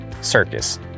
circus